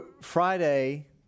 Friday